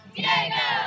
Diego